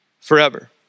forever